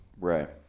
Right